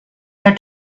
their